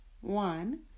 one